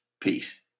Peace